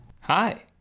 Hi